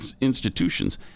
institutions